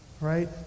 right